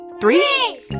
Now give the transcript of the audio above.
Three